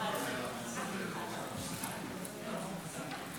לתיקון פקודת מס הכנסה (מס' 272),